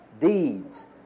deeds